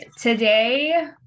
today